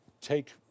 take